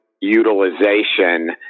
utilization